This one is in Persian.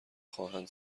خواهند